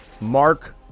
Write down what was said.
Mark